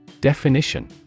Definition